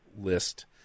list